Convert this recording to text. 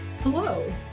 Hello